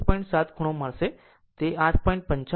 7 ખૂણો મળશે તે 8